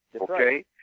Okay